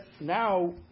now